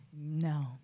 No